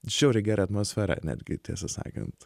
žiauriai gera atmosfera netgi tiesą sakant